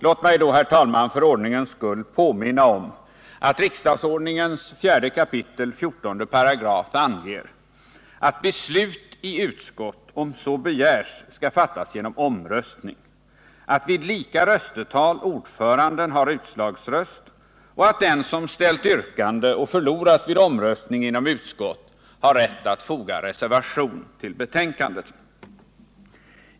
Låt mig, herr talman, för ordningens skull påminna om att riksdagsordningens 4 kap. 14 § anger att beslut i utskott om så begärs skall fattas genom ställt yrkande och förlorat vid omröstning inom utskott har rätt att foga Torsdagen den reservation till betänkandet.